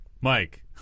Mike